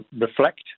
reflect